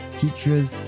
teachers